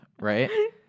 right